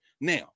Now